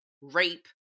rape